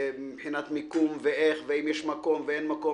מבחינת האם יש מקום או אין מקום.